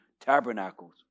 Tabernacles